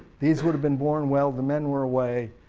these would have been born while the men were away